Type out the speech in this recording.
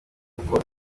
uko